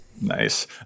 Nice